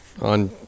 on